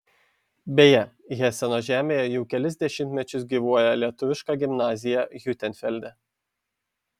beje heseno žemėje jau kelis dešimtmečius gyvuoja lietuviška gimnazija hiutenfelde